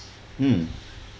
mm